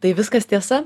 tai viskas tiesa